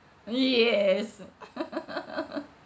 yes